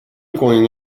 going